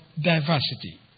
diversity